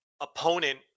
opponent